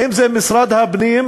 האם זה משרד הפנים,